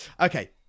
okay